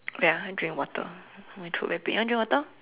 wait ah I drink water my throat very pain you want to drink water